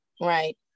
Right